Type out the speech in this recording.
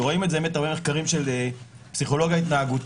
ורואים את זה באמת בהרבה מחקרים של פסיכולוגיה התנהגותית.